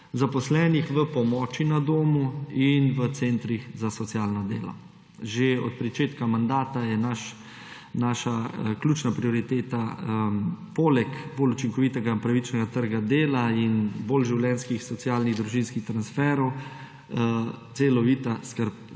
zaposlenih v pomoči na domu in v centrih za socialno delo. Že od pričetka mandata je naša ključna prioriteta poleg bolj učinkovitega in pravičnega trga dela in bolj življenjskih socialnih družinskih transferov celovita skrb